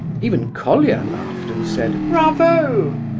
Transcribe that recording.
even colia laughed and said, bravo!